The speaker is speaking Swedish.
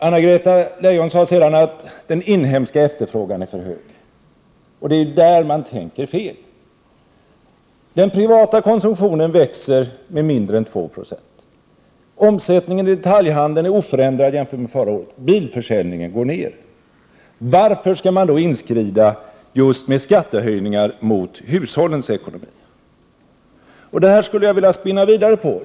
Anna-Greta Leijon sade sedan att den inhemska efterfrågan är för hög. Där tänker man fel. Den privata konsumtionen växer med mindre än 2 9o. Omsättningen i detaljhandeln är oförändrad jämfört med förra året och bilförsäljningen går ned. Varför skall man då inskrida med skattehöjningar just mot hushållens ekonomi? Den frågan skulle jag vilja spinna vidare på.